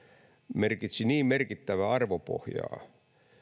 merkitsi niin merkittävää arvopohjaa